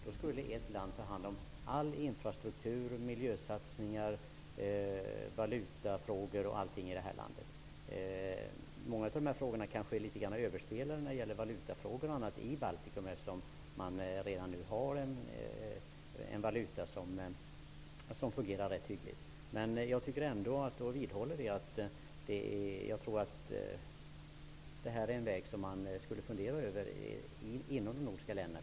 Då skulle ett land ta hand om all infrastruktur, alla miljösatsningar och valutafrågor. Valutafrågorna är kanske litet överspelade när det gäller Baltikum, eftersom man redan nu har en valuta som fungerar rätt hyggligt. Jag vidhåller ändå att detta är en väg som man borde fundera över inom de nordiska länderna.